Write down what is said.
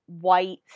white